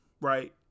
Right